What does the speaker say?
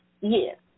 Yes